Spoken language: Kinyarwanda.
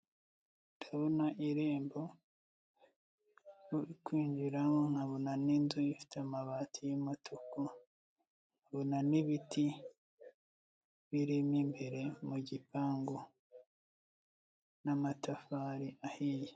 Ndabona irembo bari kwinjiramo. Nkabona n'inzu ifite amabati y'umutuku. nkabona n'ibiti biririmo imbere mu gipangu, n'amatafari ahiye.